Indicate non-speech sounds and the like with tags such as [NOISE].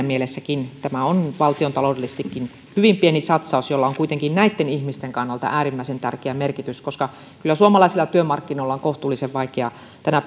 [UNINTELLIGIBLE] mielessä tämä on valtiontaloudellisestikin hyvin pieni satsaus jolla on kuitenkin näitten ihmisten kannalta äärimmäisen tärkeä merkitys koska kyllä suomalaisilla työmarkkinoilla on kohtuullisen vaikea tänä [UNINTELLIGIBLE]